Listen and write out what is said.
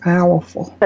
Powerful